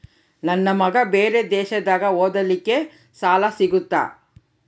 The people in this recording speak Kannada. ನನ್ನ ಮಗ ಬೇರೆ ದೇಶದಾಗ ಓದಲಿಕ್ಕೆ ಸಾಲ ಸಿಗುತ್ತಾ?